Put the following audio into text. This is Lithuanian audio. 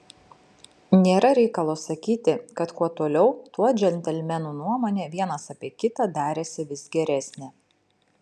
nėra reikalo sakyti kad kuo toliau tuo džentelmenų nuomonė vienas apie kitą darėsi vis geresnė